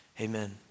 amen